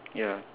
ya